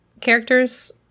Characters